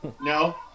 No